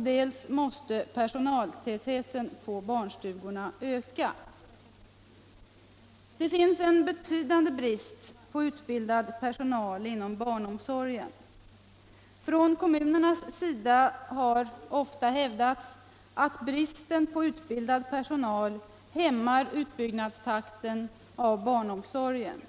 dels måste personaltätheten på barnstugorna öka. Anslag till lärarut Det finns en betydande brist på utbildad personal inom barnomsorgen. bildning Från kommunernas sida har ofta hävdats att bristen på utbildad personal hämmar utbyggnaden av barnomsorgen.